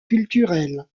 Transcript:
culturel